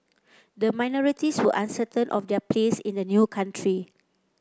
the minorities were uncertain of their place in the new country